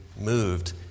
moved